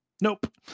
Nope